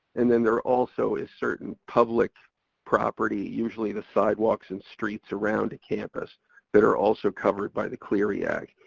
and then there also is certain public property, usually the sidewalks and streets around a campus that are also covered by the clery act.